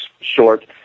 short